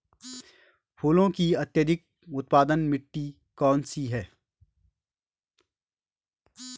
फूलों की अत्यधिक उत्पादन मिट्टी कौन सी है?